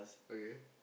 okay